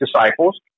disciples